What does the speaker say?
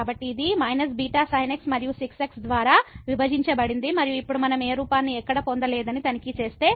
కాబట్టి ఇది −β sin x మరియు 6x ద్వారా విభజించబడింది మరియు ఇప్పుడు మనం ఏ రూపాన్ని ఎక్కడ పొందలేదని తనిఖీ చేస్తే